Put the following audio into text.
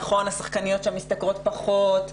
נכון, השחקניות שם משתכרות פחות,